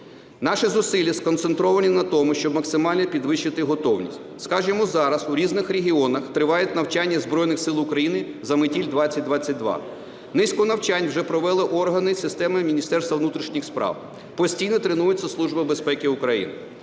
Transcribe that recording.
Наші зусилля сконцентровані на тому, щоб максимально підвищити готовність. Скажімо, зараз у різних регіонах тривають навчання Збройних Сил України "Заметіль-2022". Низку навчань вже провели органи системи Міністерства внутрішніх справ, постійно тренується Служба безпеки України,